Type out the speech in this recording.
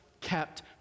kept